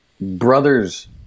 brothers